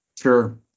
Sure